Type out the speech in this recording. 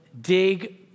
dig